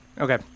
Okay